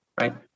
right